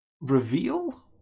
reveal